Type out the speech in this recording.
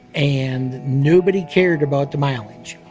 and nobody cared about the mileage.